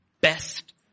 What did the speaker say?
best